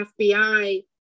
FBI